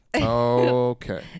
Okay